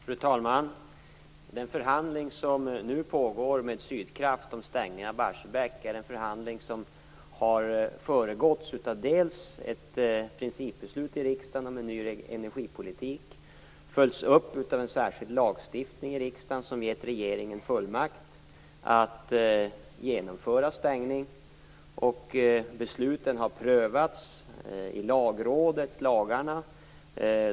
Fru talman! Den förhandling som nu pågår med Sydkraft om stängningen av Barsebäck är en förhandling som bl.a. har föregåtts av ett principbeslut i riksdagen om en ny energipolitik. Det har följts upp av en särskild lagstiftning i riksdagen som gett regeringen fullmakt att genomföra stängningen. Besluten om lagarna har prövats i Lagrådet.